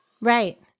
Right